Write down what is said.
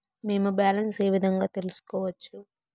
మేము బ్యాలెన్స్ ఏ విధంగా తెలుసుకోవచ్చు?